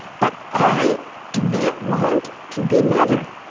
but i do not want to be mother.